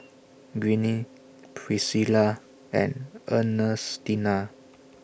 Greene Priscilla and Ernestina